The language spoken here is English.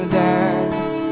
dance